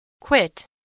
Quit